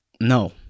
no